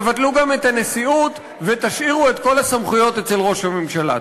תבטלו גם את הנשיאות ותשאירו את כל הסמכויות אצל ראש הממשלה.